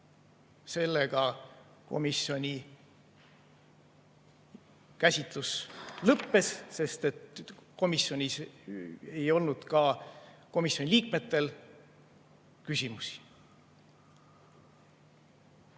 Sellega komisjoni käsitlus lõppes, sest et komisjonis ei olnud ka komisjoni liikmetel küsimusi.